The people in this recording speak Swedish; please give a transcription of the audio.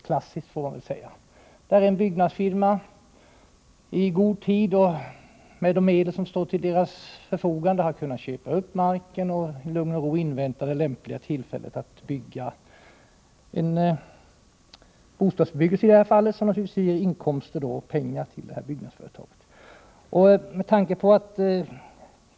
I detta fall har en byggnadsfirma i god tid med de medel som står till dess förfogande kunnat köpa upp marken för att i lugn och ro invänta det lämpliga tillfället att bygga bostäder där, vilket naturligtvis ger inkomster till 13 byggnadsföretaget.